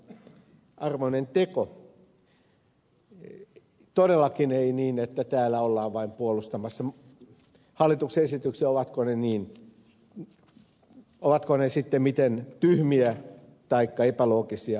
todellakaan ei ole niin että täällä ollaan vain puolustamassa hallituksen esityksiä ovat ne miten tyhmiä tai epäloogisia tahansa